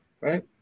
Right